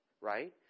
right